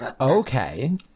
Okay